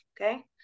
okay